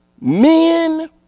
men